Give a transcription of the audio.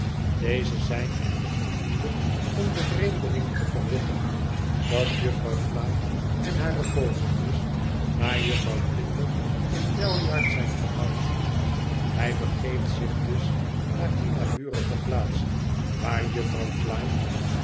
deze zijn echter voldoende om den vreemdeling te verwittigen dat jufvrouw flite en hare vogeltjes naar jufvrouw blinder in bell yard zijn verhuisd hij begeeft zich dus naar die naburige plaats waar jufvrouw flite